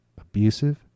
abusive